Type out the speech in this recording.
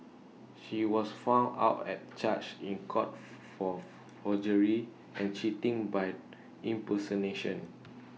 she was found out at charged in court for forgery and cheating by impersonation